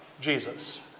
Jesus